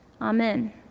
Amen